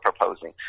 proposing